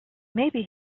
maybe